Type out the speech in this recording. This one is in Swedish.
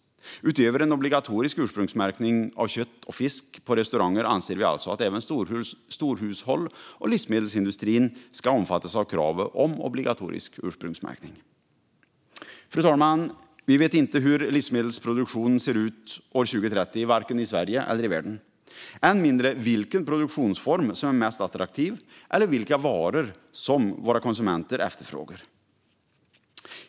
Utöver en obligatorisk ursprungsmärkning av kött och fisk på restauranger anser vi alltså att även storhushåll och livsmedelsindustrin ska omfattas av kravet på obligatorisk ursprungsmärkning. Fru talman! Vi vet inte hur livsmedelsproduktionen ser ut år 2030, varken i Sverige eller i världen, än mindre vilken produktionsform som är mest attraktiv eller vilka varor som våra konsumenter efterfrågar.